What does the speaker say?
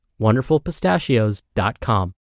wonderfulpistachios.com